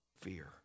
Fear